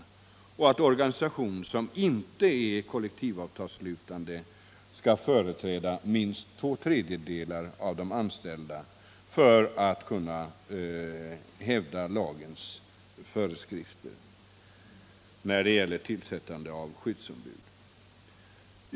Och vi anser att organisation som inte är kollektivavtalsslutande skall företräda två tredjedelar av de anställda för att kunna hävda att den uppfyller lagens föreskrifter när det gäller tillsättande av skyddsombud.